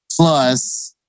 plus